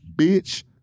Bitch